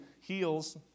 heals